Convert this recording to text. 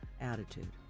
Attitude